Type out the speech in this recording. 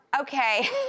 Okay